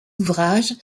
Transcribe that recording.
ouvrages